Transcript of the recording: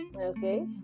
okay